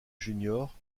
junior